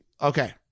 Okay